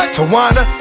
Tawana